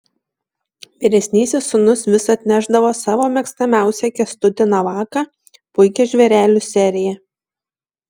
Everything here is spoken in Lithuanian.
vyresnysis sūnus vis atnešdavo savo mėgstamiausią kęstutį navaką puikią žvėrelių seriją